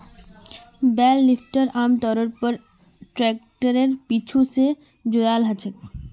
बेल lifter आमतौरेर पर ट्रैक्टरेर पीछू स जुराल ह छेक